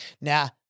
Now